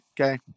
Okay